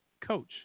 coach